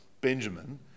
Benjamin